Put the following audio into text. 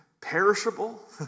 perishable